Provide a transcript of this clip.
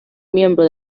miembro